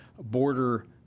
border